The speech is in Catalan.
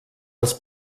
els